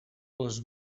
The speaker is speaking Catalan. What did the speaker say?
les